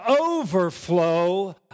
overflow